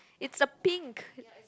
it's a pink